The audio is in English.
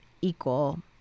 Equal